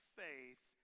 faith